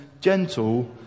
gentle